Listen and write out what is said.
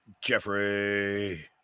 Jeffrey